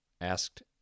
asked